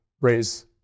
raise